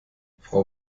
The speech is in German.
frau